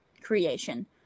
creation